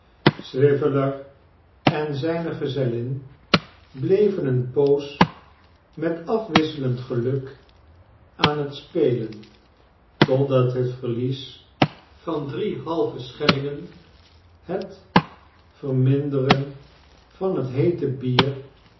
swiveller en zijne gezellin bleven eene poos met afwisselend geluk aan het spelen totdat het verlies van drie halve schellingen het verminderen van het heete bier